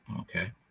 Okay